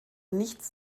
nichts